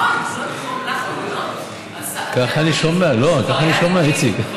כך אני שומע, איציק.